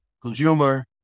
consumer